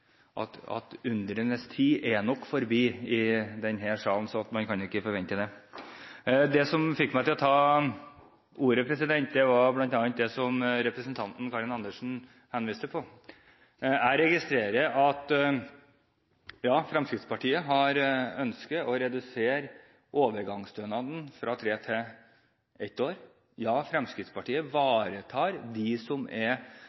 nok at undrenes tid nok er forbi, så man kan ikke forvente det. Det som fikk meg til å ta ordet, var bl.a. det som representanten Karin Andersen henviste til. Ja, Fremskrittspartiet ønsker å redusere overgangsstønaden fra tre år til ett år. Ja, Fremskrittspartiet ivaretar de som er